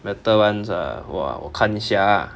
better ones ah !wah! 我看一下 ah